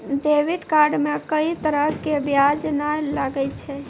debit card मे कोई तरह के ब्याज नाय लागै छै